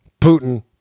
Putin